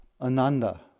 Ananda